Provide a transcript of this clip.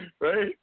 right